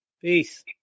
peace